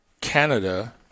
Canada